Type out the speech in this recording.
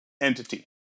entity